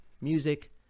music